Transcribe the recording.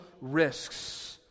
risks